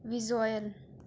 visual